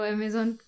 Amazon